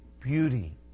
beauty